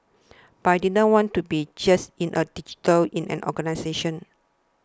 but I didn't want to be just in a digital in an organisation